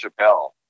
Chappelle